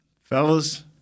Fellas